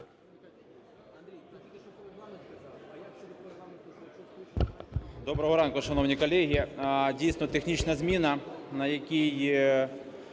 Доброго ранку, шановні колеги! Дійсно, технічна зміна, на якій